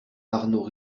arnaud